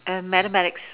and mathematics